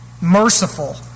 merciful